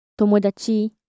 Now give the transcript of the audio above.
Tomodachi